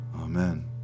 Amen